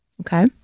Okay